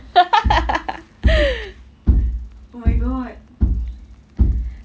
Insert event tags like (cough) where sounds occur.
(laughs) (noise)